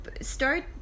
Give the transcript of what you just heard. start